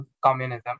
communism